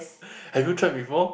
have you tried before